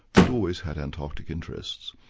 had always had antarctic interests.